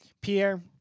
Pierre